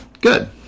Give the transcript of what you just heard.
Good